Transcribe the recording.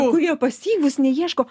kurie pasyvūs neieško